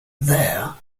there